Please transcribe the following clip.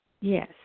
Yes